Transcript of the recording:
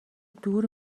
دور